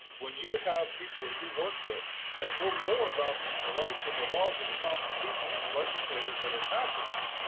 when you have people that you work with that know more about the rights and the laws of the constitution than the legislators that are passing washing them.